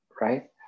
right